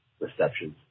receptions